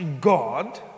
God